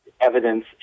evidence